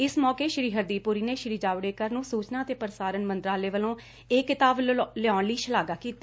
ਇਸ ਮੌਕੇ ਸ੍ਰੀ ਪੁਰੀ ਨੇ ਸ੍ਰੀ ਜਾਵੜੇਕਰ ਨੂੰ ਸੂਚਨਾ ਤੇ ਪ੍ਰਸਾਰਣ ਮੰਤਰਾਲੇ ਵਲੋਂ ਇਹ ਕਿਤਾਬ ਲਿਆਉਣ ਲਈ ਸ਼ਲਾਘਾ ਕੀਤੀ